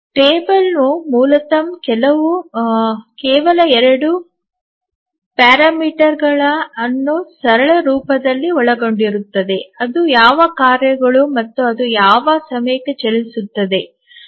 ಈ ಕೋಷ್ಟಕವು ಮೂಲತಃ ಕೇವಲ ಎರಡು ನಿಯತಾಂಕಗಳನ್ನು ಸರಳ ರೂಪದಲ್ಲಿ ಒಳಗೊಂಡಿರುತ್ತದೆ ಅದು ಯಾವ ಕಾರ್ಯಗಳು ಮತ್ತು ಅದು ಯಾವ ಸಮಯಕ್ಕೆ ಚಲಿಸುತ್ತದೆ